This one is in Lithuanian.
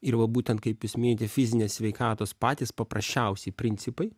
ir va būtent kaip jūs minite fizinės sveikatos patys paprasčiausi principai